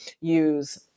use